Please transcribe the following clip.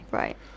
right